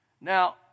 Now